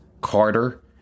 Carter